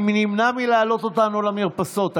אני נמנע מלהעלות אותם למרפסות.